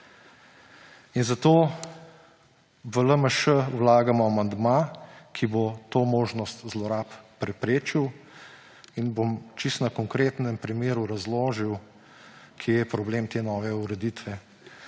In zato v LMŠ vlagamo amandma, ki bo to možnost zlorab preprečil, in bom na konkretnem primeru razložil, kje je problem te nove ureditve.